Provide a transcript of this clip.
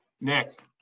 Nick